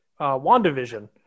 WandaVision